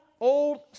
old